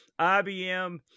IBM